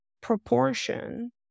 proportion